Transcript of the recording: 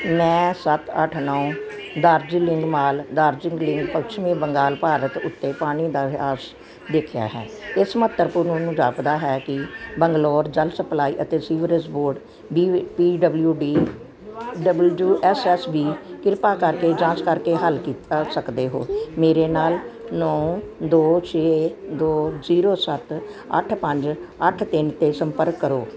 ਮੈਂ ਸੱਤ ਅੱਠ ਨੋ ਦਾਰਜੀਲਿੰਗ ਮਾਲ ਦਾਰਜੀਲਿੰਗ ਪੱਛਮੀ ਬੰਗਾਲ ਭਾਰਤ ਉੱਤੇ ਪਾਣੀ ਦਾ ਦੇਖਿਆ ਹੈ ਇਸ ਮਹੱਤਵਪੂਰਨ ਜਾਪਦਾ ਹੈ ਕਿ ਬੰਗਲੌਰ ਜਲ ਸਪਲਾਈ ਅਤੇ sewerage board B B W D W S S B ਕਿਰਪਾ ਕਰਕੇ ਜਾਂਚ ਕਰ ਕੇ ਹੱਲ ਕੀ ਕਰ ਸਕਦੇ ਹੋ ਮੇਰੇ ਨਾਲ ਨੌਂ ਦੋ ਛੇ ਦੋ ਜ਼ੀਰੋ ਸੱਤ ਅੱਠ ਪੰਜ ਅੱਠ ਤਿੰਨ 'ਤੇ ਸੰਪਰਕ ਕਰੋ